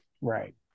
right